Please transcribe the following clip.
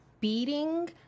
beating